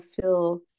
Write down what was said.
feel